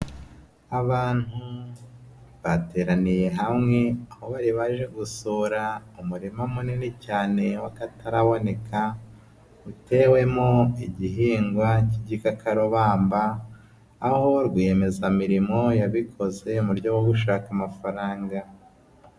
Abantu bateraniye hamwe, aho baje gusora umurima munini cyane w'akataraboneka, utewemo igihingwa k'igikakarubamba, aho rwiyemezamirimo yabikoze mu buryo bwo gushaka amafaranga.